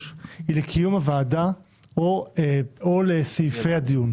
היא לקיום ישיבת הוועדה או לסעיפי הדיון.